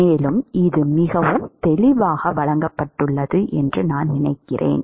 மேலும் இது மிகவும் தெளிவாக வழங்கப்பட்டுள்ளது என்று நான் நினைக்கிறேன்